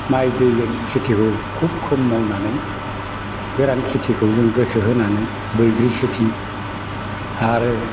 माइ दै खेथिखौ खोब खम मावनानै गोरान खेथिखौ जों गोसो होनानै बैग्रि खेथि आरो